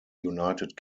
united